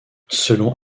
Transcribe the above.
selon